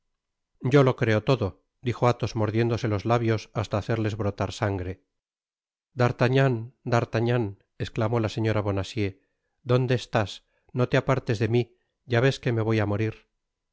yo lo creo todo dijo athos mordiéndose los labios hasta hacerles brotar sangre d'artagnan d'artagnan esclamó la señora bonacieux dónde estás no te apartes de mi ya ves que voy á morir